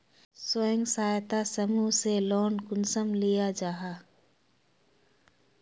स्वयं सहायता समूह से लोन कुंसम लिया जाहा?